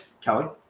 Kelly